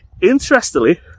Interestingly